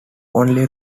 only